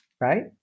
right